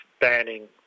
banning